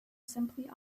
simply